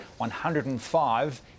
105